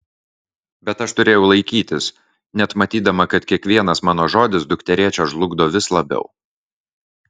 bet aš turėjau laikytis net matydama kad kiekvienas mano žodis dukterėčią žlugdo vis labiau